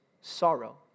sorrow